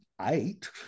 eight